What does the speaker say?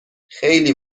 خیلی